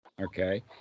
okay